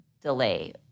delay